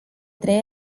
trei